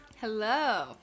Hello